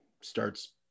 starts